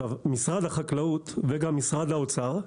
משרד החקלאות ומשרד האוצר,